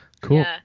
cool